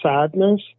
sadness